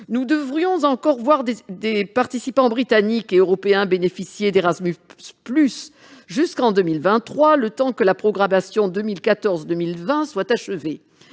Nous devrions encore voir des participants britanniques et européens bénéficier d'Erasmus+ jusqu'en 2023, le temps que la programmation 2014-2020 soit achevée.